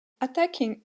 attacking